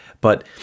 But-